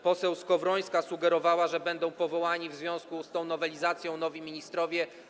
Poseł Skowrońska sugerowała, że będą powołani w związku z tą nowelizacją nowi ministrowie.